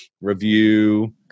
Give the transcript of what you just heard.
review